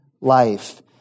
life